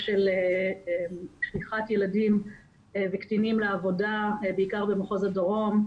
של שליחת ילדים וקטינים לעבודה בעיקר במחוז הדרום,